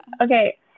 Okay